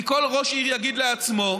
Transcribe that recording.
כי כל ראש עיר יגיד לעצמו,